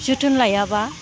जोथोन लायाब्ला